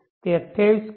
તે 28 કિ